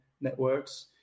networks